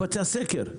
לבצע סקר.